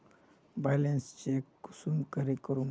Balance check कुंसम करे करूम?